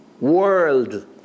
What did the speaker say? world